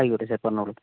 ആയിക്കോട്ടെ സർ പറഞ്ഞോളൂ